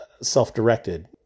self-directed